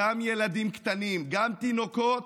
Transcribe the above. גם ילדים קטנים, גם תינוקות,